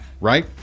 right